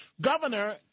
Governor